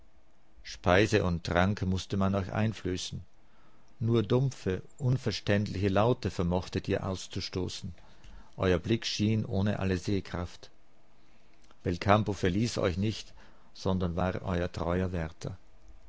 speise und trank mußte man euch einflößen nur dumpfe unverständliche laute vermochtet ihr auszustoßen euer blick schien ohne alle sehkraft belcampo verließ euch nicht sondern war euer treuer wärter